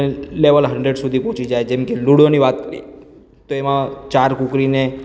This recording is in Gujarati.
લેવલ હંડ્રેડ સુધી પહોંચી જાય જેમ કે લુડોની વાત કરીએ તો એમાં ચાર કૂકીને